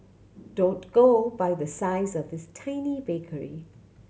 don't go by the size of this tiny bakery